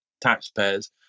taxpayers